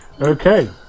Okay